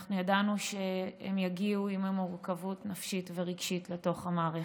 ואנחנו ידענו שהם יגיעו עם מורכבות נפשית ורגשית לתוך המערכת,